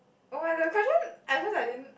!wah! the question at first I didn't